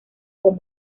con